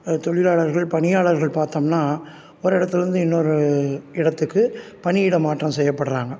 தொழிலாளர்கள் பணியாளர்கள் பார்த்தம்னா ஒரு இடத்துலேருந்து இன்னொரு இடத்துக்கு பணியிடை மாற்றம் செய்யபடுறாங்க